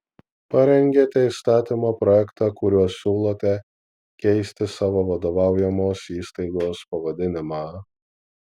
parengėte įstatymo projektą kuriuo siūlote keisti savo vadovaujamos įstaigos pavadinimą